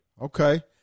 Okay